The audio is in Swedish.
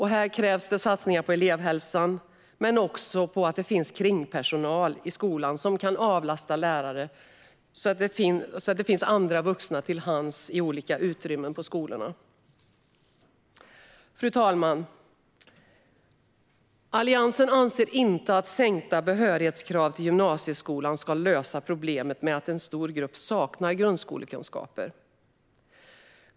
Här krävs det satsningar på elevhälsan men också på kringpersonal i skolan som kan avlasta lärarna så att det finns andra vuxna till hands i olika utrymmen på skolorna. Fru talman! Alliansen anser inte att sänkta behörighetskrav till gymnasieskolan ska lösa problemet med att en stor grupp saknar grundskolekunskaper.